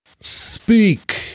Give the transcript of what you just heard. Speak